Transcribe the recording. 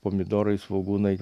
pomidorai svogūnai